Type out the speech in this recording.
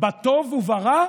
בטוב וברע,